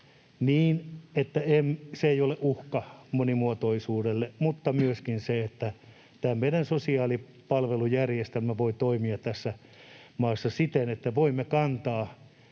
niin, että se ei ole uhka monimuotoisuudelle mutta myöskin että tämä meidän sosiaalipalvelujärjestelmä voi toimia tässä maassa siten, että voimme ne